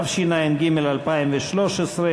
התשע"ג 2013,